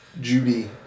Judy